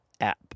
app